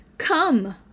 Come